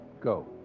Go